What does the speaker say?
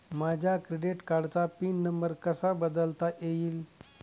माझ्या क्रेडिट कार्डचा pin number कसा बदलता येईल?